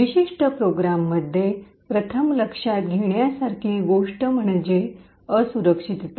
विशिष्ट प्रोग्राममध्ये प्रथम लक्षात घेण्यासारखी गोष्ट म्हणजे असुरक्षितता